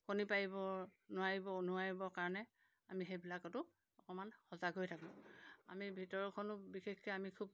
কণী পাৰিবৰ নোৱাৰিব নোৱাৰিবৰ কাৰণে আমি সেইবিলাকতো অকণমান সজাগ হৈ থাকোঁ আমি ভিতৰখনো বিশেষকৈ আমি খুব